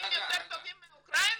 צרפתים יותר טובים מאוקראינה?